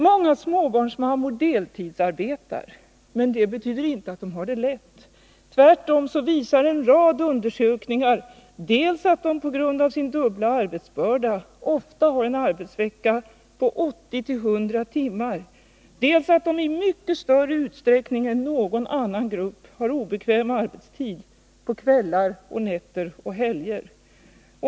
Många småbarnsmammor deltidsarbetar. Men det betyder inte att de har det lätt. Tvärtom visar en rad undersökningar dels att de på grund av sin dubbla arbetsbörda ofta har en arbetsvecka på 80-100 timmar, dels att de i mycket större utsträckning än någon annan grupp har obekväm arbetstid på kvällar, nätter och helger.